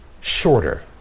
shorter